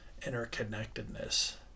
interconnectedness